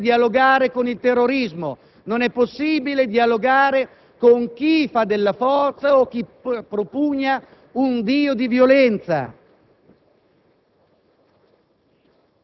Non è possibile dialogare con il terrorismo, non è possibile dialogare con chi agisce con la forza e propugna un Dio di violenza.